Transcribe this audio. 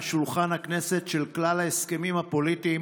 שולחן הכנסת של כלל ההסכמים הפוליטיים